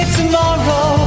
tomorrow